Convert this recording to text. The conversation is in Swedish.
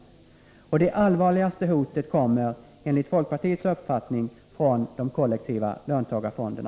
Det allvarligaste hotet kommer enligt folkpartiets uppfattning från de kollektiva löntagarfonderna.